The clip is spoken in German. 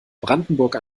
brandenburg